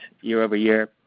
year-over-year